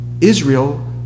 Israel